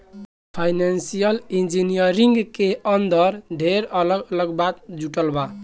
financial engineering के अंदर ढेरे अलग अलग बात जुड़ल बा